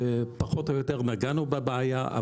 פחות או יותר נגענו בבעיה,